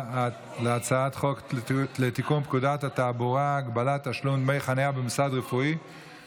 אני קובע שההצעה אושרה בקריאה טרומית ותעבור לוועדת הפנים והגנת הסביבה.